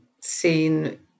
seen